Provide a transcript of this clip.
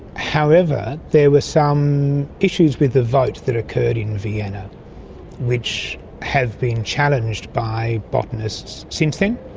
however, there were some issues with the vote that occurred in vienna which have been challenged by botanists since then,